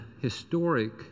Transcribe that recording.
historic